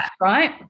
right